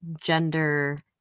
gender